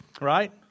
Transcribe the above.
right